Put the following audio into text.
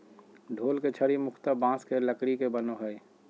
ढोल के छड़ी मुख्यतः बाँस के लकड़ी के बनो हइ